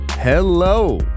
Hello